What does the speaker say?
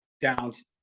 Downs